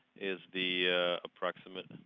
is the approximate